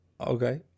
Okay